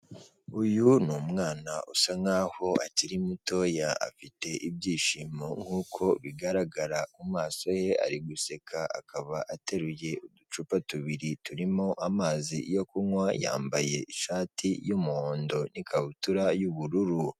Uyu ni umwana usa nk'aho akiri mutoya, afite ibyishimo nkuko bigaragara mu maso ye ari guseka, akaba ateruye uducupa tubiri turimo amazi yo kunywa, yambaye ishati y'umuhondo n'ikabutura y'ubururu.